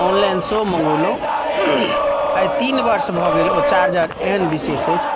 online सेहो मङ्गौलहुँ आइ तीन वर्ष भऽ गेल ओ चार्जर एहन विशेष अछि